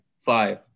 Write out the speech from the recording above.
five